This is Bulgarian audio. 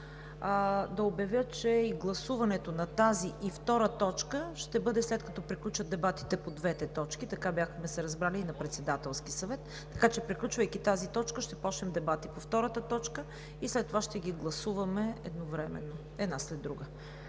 Да обявя, че гласуването на тази и на втора точка ще бъде след като приключат дебатите по двете точки – така бяхме се разбрали и на Председателския съвет. Така че, приключвайки тази точка, ще започнем дебати по втората точка и след това ще ги гласуваме едновременно една след друга.